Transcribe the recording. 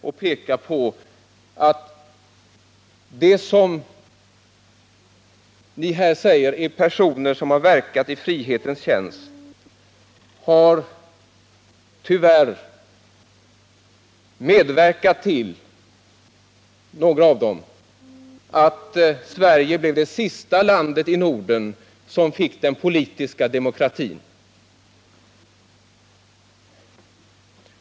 Men låt mig nu bara säga att några av de personer som ni här påstår har verkat i frihetens tjänst har tyvärr skulden för att Sverige blev det allra sista landet i Norden som fick den politiska demokratin.